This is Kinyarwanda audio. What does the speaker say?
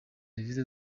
serivisi